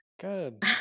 good